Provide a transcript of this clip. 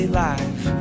life